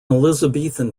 elizabethan